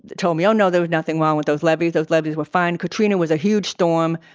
told me, oh, no! there's nothing wrong with those levees. those levees were fine. katrina was a huge storm,